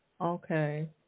Okay